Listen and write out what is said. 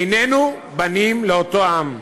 איננו בנים לאותו עם,